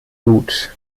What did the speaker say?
gut